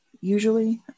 usually